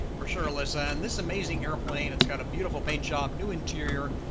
for sure alyssa. and this amazing airplane. it's got a beautiful paint job, new interior,